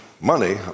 money